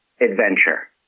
adventure